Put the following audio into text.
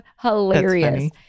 hilarious